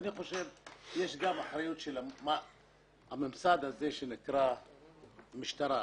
אני חושב שיש אחריות לממסד הזה שנקרא משטרה.